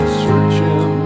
searching